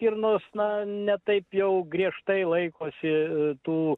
stirnos na ne taip jau griežtai laikosi tų